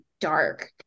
dark